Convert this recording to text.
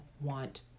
want